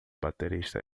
baterista